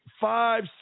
five